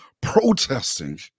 protesting